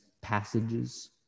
passages